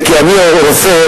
כי אני רופא.